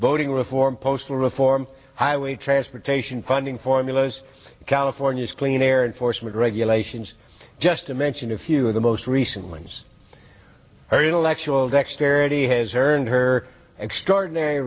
voting reform postal reform highway transportation funding formulas california's clean air and forcemeat regulations just to mention a few of the most recent ones our intellectual dexterity has earned her extraordinary